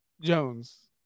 Jones